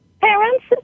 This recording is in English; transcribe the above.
parents